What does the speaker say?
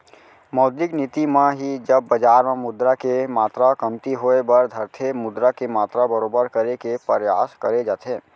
मौद्रिक नीति म ही जब बजार म मुद्रा के मातरा कमती होय बर धरथे मुद्रा के मातरा बरोबर करे के परयास करे जाथे